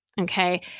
Okay